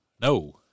No